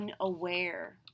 unaware